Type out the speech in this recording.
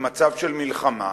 במצב של מלחמה,